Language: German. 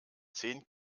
zehn